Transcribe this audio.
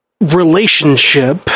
relationship